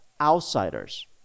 outsiders